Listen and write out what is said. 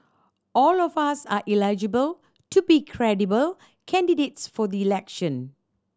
all of us are eligible to be credible candidates for the election